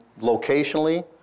locationally